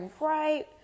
right